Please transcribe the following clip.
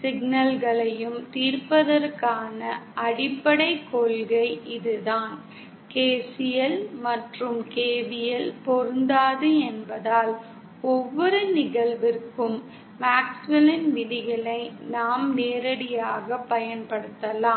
சிக்கல்களையும் தீர்ப்பதற்கான அடிப்படைக் கொள்கை இதுதான் KCL மற்றும் KVL பொருந்தாது என்பதால் ஒவ்வொரு நிகழ்விற்கும் மேக்ஸ்வெல்லின் விதிகளை நாம் நேரடியாகப் பயன்படுத்தலாம்